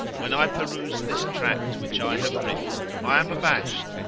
when i peruse this tract which i have writ, i am abash'd,